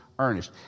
Earnest